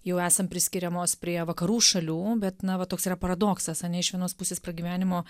jau esam priskiriamos prie vakarų šalių bet na va toks yra paradoksas ane iš vienos pusės pragyvenimo